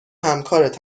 همکارت